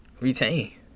retain